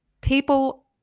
people